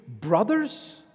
brothers